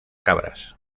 cabras